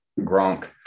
Gronk